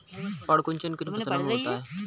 पर्ण कुंचन किन फसलों में होता है?